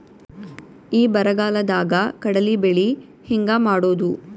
ಈ ಬರಗಾಲದಾಗ ಕಡಲಿ ಬೆಳಿ ಹೆಂಗ ಮಾಡೊದು?